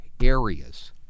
areas